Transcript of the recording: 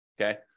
okay